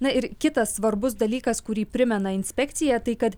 na ir kitas svarbus dalykas kurį primena inspekcija tai kad